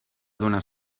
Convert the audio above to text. donar